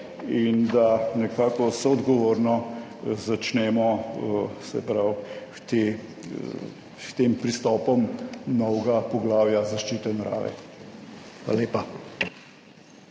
in da nekako soodgovorno začnemo s tem pristopom novega poglavja zaščite narave. Hvala